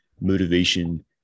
motivation